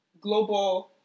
global